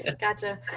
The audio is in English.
Gotcha